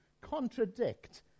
contradict